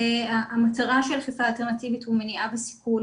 המטרה של אכיפה אלטרנטיבית היא מניעה וסיכול